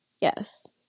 Yes